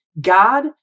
God